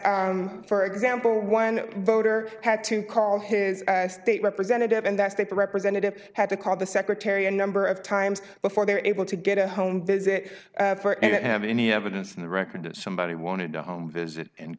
that for example one voter had to call his state representative and that state representative had to call the secretary a number of times before they were able to get a home visit for and have any evidence in the record that somebody wanted a home visit and